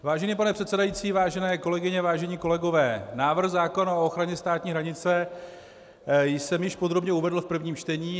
Vážený pane předsedající, vážené kolegyně, vážení kolegové, návrh zákona o ochraně státní hranice jsem již podrobně uvedl v prvním čtení.